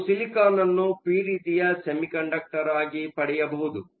ನಾವು ಸಿಲಿಕಾನ್ ಅನ್ನು ಪಿ ರೀತಿಯ ಸೆಮಿಕಂಡಕ್ಟರ್ ಆಗಿ ಪಡೆಯಬಹುದು